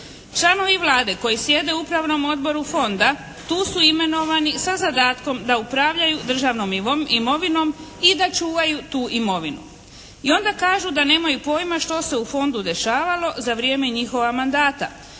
Članovi Vlade koji sjede u Upravnom odboru Fonda tu su imenovani sa zadatkom da upravljaju državnom imovinom i da čuvaju tu imovinu. I onda kažu da nemaju pojma što se u Fondu dešavalo za vrijeme njihova mandata